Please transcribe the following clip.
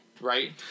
Right